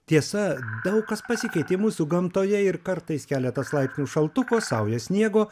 tiesa daug kas pasikeitė mūsų gamtoje ir kartais keletas laipsnių šaltuko sauja sniego